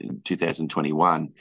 2021